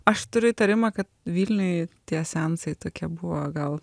aš turiu įtarimą kad vilniuj tie seansai tokia buvo gal